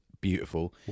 Beautiful